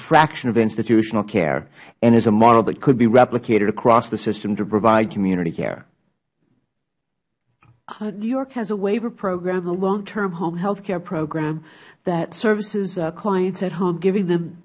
fraction of institutional care and is a model that could be replicated across the system to provide community care ms eulau new york has a waiver program a long term home health care program that services clients at home giving